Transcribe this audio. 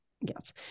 Yes